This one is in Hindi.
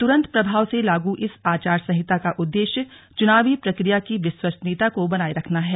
तुरंत प्रभाव से लागू इस आचार संहिता का उद्देश्य चुनावी प्रक्रिया की विश्वसनीयता को बनाए रखना है